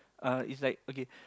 uh it's like okay